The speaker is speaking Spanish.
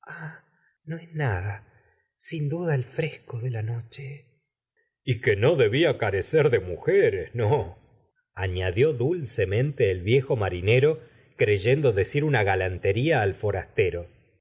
no es nada sin duda el fresco de la noche y que no debía carecer de mujeres no añadió dulcemente el viejo marinero creyendo decir una galantería al forastero